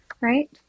right